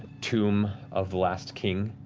tomb of the last king.